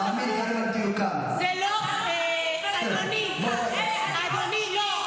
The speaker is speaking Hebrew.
מותר לך, אדוני היושב-ראש,